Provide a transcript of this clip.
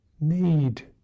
need